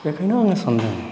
बेनिखायनो आं सानदों